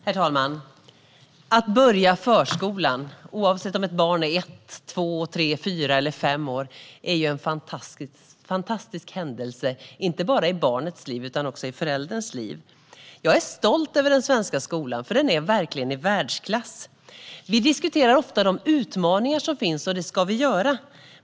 Herr talman! Att börja förskolan, oavsett om ett barn är ett, två, tre, fyra eller fem år, är en fantastisk händelse inte bara i barnets liv utan också i förälderns liv. Jag är stolt över den svenska förskolan, för den är verkligen i världsklass. Vi diskuterar ofta de utmaningar som finns, och det ska vi göra.